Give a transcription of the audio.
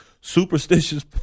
superstitious